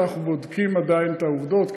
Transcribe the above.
אנחנו בודקים עדיין את העובדות,